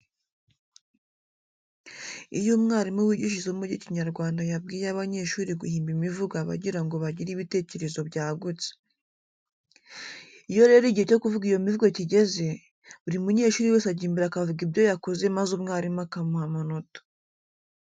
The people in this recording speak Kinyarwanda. Iyo umwarimu wigisha isomo ry'Ikinyarwanda yabwiye abanyeshuri guhimba imivugo aba agira ngo bagire ibitekerezo byagutse. Iyo rero igihe cyo kuvuga iyo mivugo kigeze, buri munyeshuri wese ajya imbere akavuga ibyo yakoze maze umwarimu akamuha amanota.